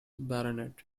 baronet